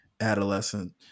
adolescent